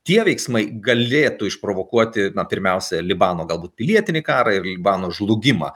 tie veiksmai galėtų išprovokuoti pirmiausia libano galbūt pilietinį karą ir libano žlugimą